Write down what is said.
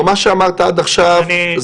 מה שאמרת עד עכשיו נשמע